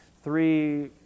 three